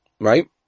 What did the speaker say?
Right